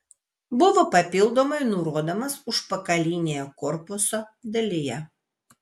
buvo papildomai nurodomas užpakalinėje korpuso dalyje